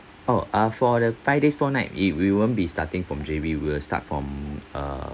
oh ah for the five days four night it we won't be starting from J_B we'll start from uh